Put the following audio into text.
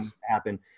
happen